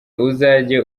uzajye